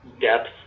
depth